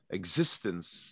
existence